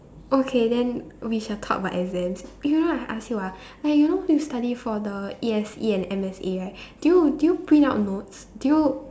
okay then we shall talk about exams you know I ask you ah like you know you study for the E_S_E and M_S_A right do you do you print out notes do you